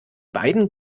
beiden